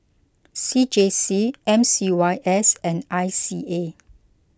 C J C M C Y S and I C A